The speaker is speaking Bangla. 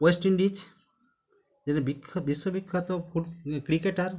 ওয়েস্ট ইন্ডিজ এর বিখ্যাত বিশ্ব বিখ্যাত ফুট ক্রিকেটার